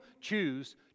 choose